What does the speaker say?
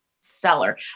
Stellar